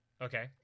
okay